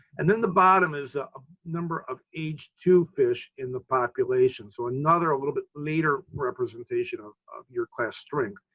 and then the bottom is ah ah number of age two fish in the population. so another, a little bit leader representation of of year class strength,